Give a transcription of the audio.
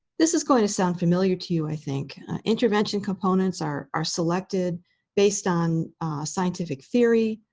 this is going to sound familiar to you, i think intervention components are are selected based on scientific theory,